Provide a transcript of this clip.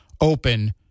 open